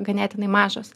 ganėtinai mažas